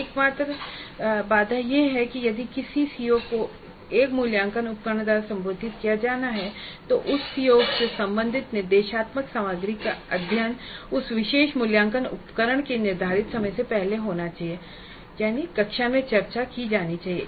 एकमात्र बाधा यह है कि यदि किसी सीओ को एक मूल्यांकन उपकरण द्वारा संबोधित किया जाना है तो उस सीओ से संबंधित निर्देशात्मक सामग्री का अध्ययन उस विशेष मूल्यांकन उपकरण के निर्धारित समय से पहले होना चाहिए कक्षा में चर्चा की जानी चाहिए